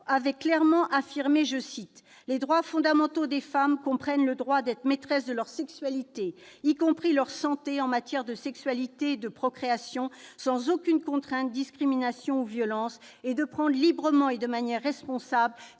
avait été clairement affirmé :« Les droits fondamentaux des femmes comprennent le droit d'être maîtresses de leur sexualité, y compris leur santé en matière de sexualité et de procréation, sans aucune contrainte, discrimination ou violence, et de prendre librement et de manière responsable